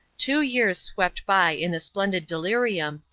two years swept by in a splendid delirium,